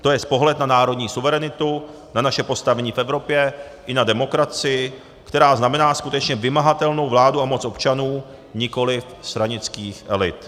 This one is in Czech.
To jest pohled na národní suverenitu, na naše postavení v Evropě i na demokracii, která znamená skutečně vymahatelnou vládu a moc občanů, nikoliv stranických elit.